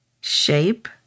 shape